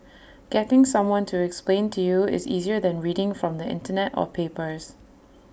getting someone to explain to you is easier than reading from the Internet or papers